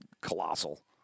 colossal